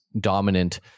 dominant